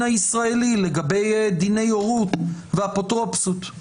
הישראלי לגבי דיני הורות ואפוטרופסות.